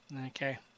Okay